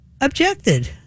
objected